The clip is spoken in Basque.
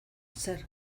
zer